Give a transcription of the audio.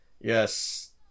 Yes